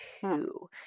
two